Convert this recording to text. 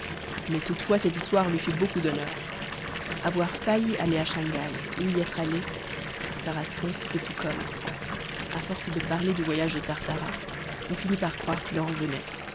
mais toutefois cette histoire lui fit beaucoup d'honneur avoir failli aller à shang hai ou y être allé pour tarascon c'était tout comme a force de parler du voyage de tartarin on finit par croire qu'il en revenait